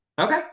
Okay